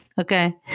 Okay